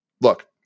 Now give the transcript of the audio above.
look